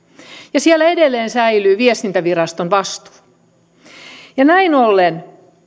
ja että siellä edelleen säilyy viestintäviraston vastuu näin ollen